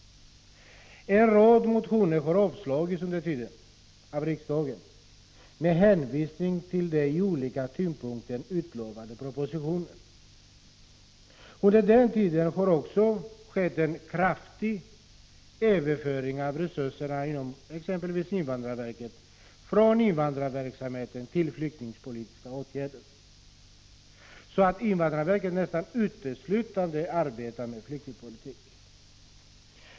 En rad motioner har under tiden avslagits av riksdagen med hänvisning till den till olika tidpunkter utlovade propositionen. Under denna tid har det också skett en kraftig överföring av resurserna inom invandrarverket från invandrarverksamhet till flyktingpolitiska åtgärder, så att invandrarverket nu nästan uteslutande arbetar med flyktingpolitik.